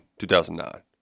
2009